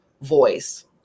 voice